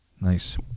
Nice